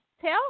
Tell